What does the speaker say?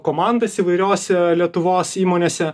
komandas įvairiose lietuvos įmonėse